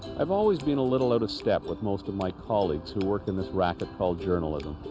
i've always been a little out of step with most of my colleagues who work in this racket called journalism.